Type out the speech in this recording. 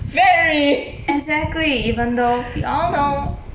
exactly even though we all know